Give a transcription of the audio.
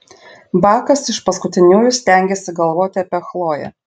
bakas iš paskutiniųjų stengėsi galvoti apie chloję